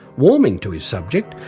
warming to his subject,